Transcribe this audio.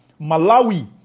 Malawi